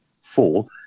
fall